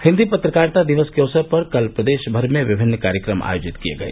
हिन्दी पत्रकारिता दिवस के अवसर पर कल प्रदेश भर में विभिन्न कार्यक्रम आयोजित किये गये